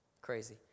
Crazy